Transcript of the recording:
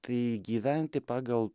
taip gyventi pagal